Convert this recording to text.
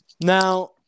Now